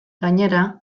gainera